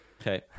Okay